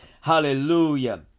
hallelujah